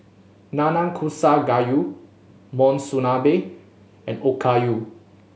Nanakusa Gayu Monsunabe and Okayu